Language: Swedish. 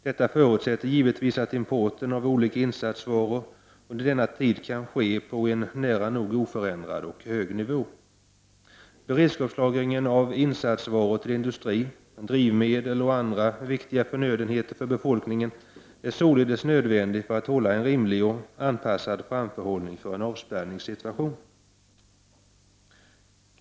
Detta förutsätter givetvis att importen av olika insatsvaror under denna tid kan ske på en nära nog oförändrad och hög nivå. Beredskapslagringen av insatsvaror till industrin, drivmedel och övriga viktiga förnödenheter för befolkningen är således nödvändig för att man skall ha en rimlig och anpassad framförhållning för en avspärrningssituation.